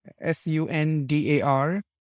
S-U-N-D-A-R